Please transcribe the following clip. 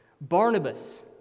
Barnabas